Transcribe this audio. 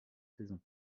saison